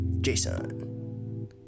jason